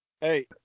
Hey